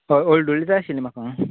हय हळदुवी जाय आशिल्ली म्हाका